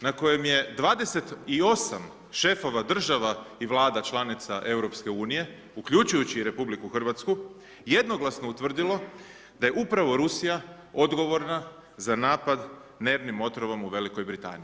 na kojem je 28 šefova država i vlada članica EU, uključujući i RH, jednoglasno utvrdilo da je upravo Rusija odgovorna za napad nervnim otrovom u Velikoj Britaniji.